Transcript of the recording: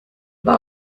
aber